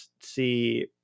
see